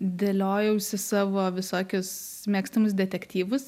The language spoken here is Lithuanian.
dėliojausi savo visokius mėgstamus detektyvus